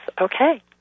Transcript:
okay